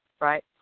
Right